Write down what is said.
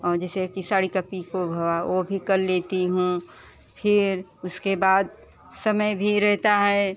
और कि जैसे साड़ी का पीको भवा ओ भी कर लेती हूँ फिर उसके बाद समय भी रहता है